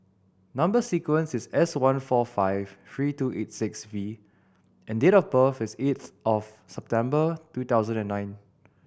number sequence is S one four five three two eight six V and date of birth is eighth of September two thousand and nine